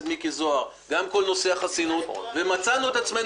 ואת הפתרונות האלה עכשיו צריך להציף.